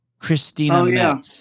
christina